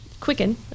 Quicken